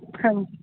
ਹਾਂਜੀ